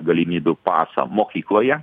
galimybių pasą mokykloje